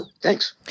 thanks